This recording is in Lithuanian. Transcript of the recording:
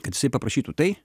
kad jisai paprašytų tai